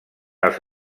els